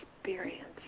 experience